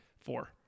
four